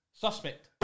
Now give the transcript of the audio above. suspect